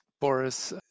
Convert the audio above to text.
Boris